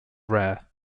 rare